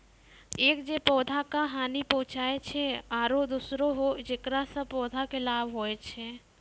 एक जे पौधा का हानि पहुँचाय छै आरो दोसरो हौ जेकरा सॅ पौधा कॅ लाभ होय छै